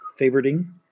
Favoriting